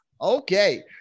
Okay